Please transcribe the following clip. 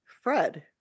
Fred